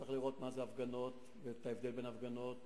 צריך לראות מה זה הפגנות ואת ההבדל בין הפגנות,